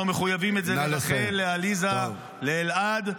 אנחנו מחויבים לרחל, לעליזה, לאלעד.